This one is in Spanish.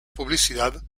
publicidad